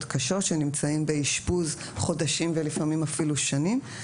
קשות שנמצאים באשפוז חודשים ולפעמים אפילו שנים.